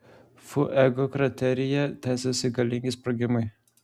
fuego krateryje tęsiasi galingi sprogimai